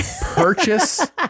purchase